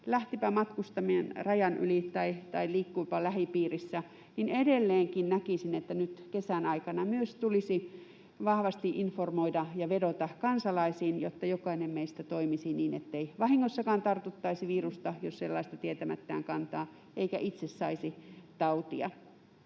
lähtipä matkustamaan rajan yli tai liikkuipa lähipiirissä. Ja edelleenkin näkisin, että nyt kesän aikana tulisi myös vahvasti informoida ja vedota kansalaisiin, jotta jokainen meistä toimisi niin, ettei vahingossakaan tartuttaisi virusta, jos sellaista tietämättään kantaa, eikä itse saisi tautia.